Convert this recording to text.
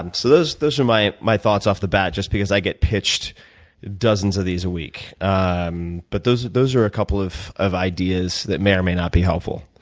um so those those are my my thoughts off off the bat, just because i get pitched dozens of these a week. um but those those are a couple of of ideas that may or may not be helpful.